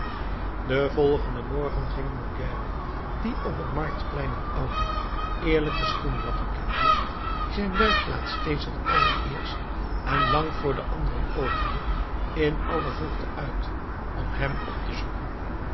den volgenden morgen ging morgiane die op het marktplein een ouden eerlijken schoenlapper kende die zijn werkplaats steeds het allereerst en lang voor de anderen opende in alle vroegte uit om hem op te zoeken